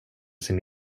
sin